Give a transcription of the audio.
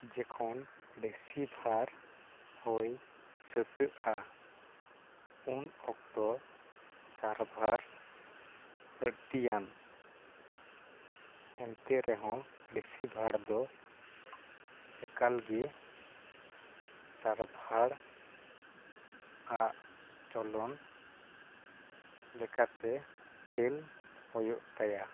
ᱡᱚᱠᱷᱚᱱ ᱨᱤᱥᱤᱵᱷᱟᱨ ᱦᱩᱭ ᱥᱟᱹᱛᱟᱹᱜᱼᱟ ᱩᱱ ᱚᱠᱛᱚ ᱥᱟᱨᱵᱷᱟᱨ ᱟᱹᱬᱛᱤᱭᱟᱱ ᱮᱱᱛᱮ ᱨᱮᱦᱚᱸ ᱨᱤᱥᱤᱵᱷᱟᱨ ᱫᱚ ᱮᱠᱟᱞ ᱜᱮ ᱥᱟᱨᱵᱷᱟᱨ ᱟᱜ ᱪᱚᱞᱚᱱ ᱞᱮᱠᱟᱛᱮ ᱠᱷᱮᱞ ᱦᱩᱭᱩᱜ ᱛᱟᱭᱟ